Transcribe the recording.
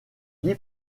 dit